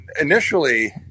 initially